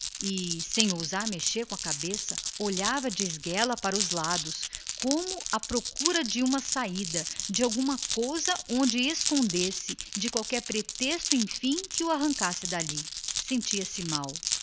sem ousar mexer com a cabeça olhando para os lados de esguelha como a procura de uma saída de algum lugar onde se escondesse ou de qualquer pretexto que o arrancasse dali sentia-se mal